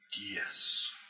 Yes